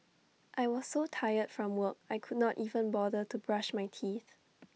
I was so tired from work I could not even bother to brush my teeth